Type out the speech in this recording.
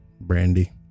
Brandy